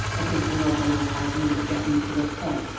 i think we all get a little tired when we were getting to this point.